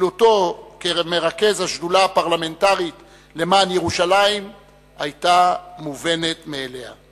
פעילותו כמרכז השדולה הפרלמנטרית למען ירושלים היתה מובנת מאליה.